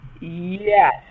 Yes